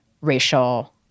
racial